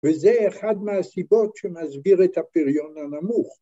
‫זה אחד מהסיבות ‫שמסביר את הפריון הנמוך.